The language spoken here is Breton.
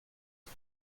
eus